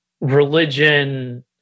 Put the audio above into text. religion